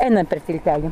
eina per tiltelį